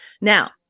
Now